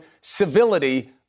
civility